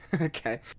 okay